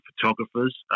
photographers